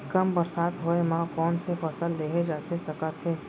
कम बरसात होए मा कौन से फसल लेहे जाथे सकत हे?